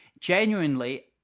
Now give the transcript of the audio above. Genuinely